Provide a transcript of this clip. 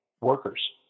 workers